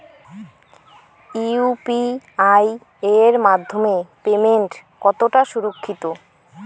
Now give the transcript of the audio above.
UPI এর মাধ্যমে payment কতটা সুরক্ষিত?